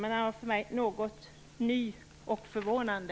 Den var för mig något ny och förvånande.